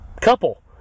couple